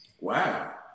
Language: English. Wow